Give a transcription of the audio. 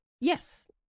Yes